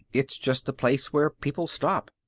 it's just a place where people stop.